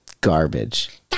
garbage